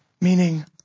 meaning